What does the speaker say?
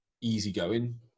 easygoing